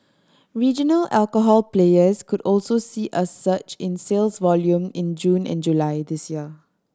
regional alcohol players could also see a surge in sales volume in June and July this year